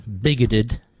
bigoted